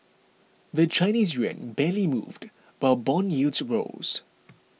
the Chinese yuan barely moved but bond yields rose